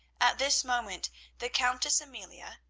at this moment the countess amelia,